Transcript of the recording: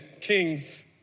Kings